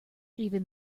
even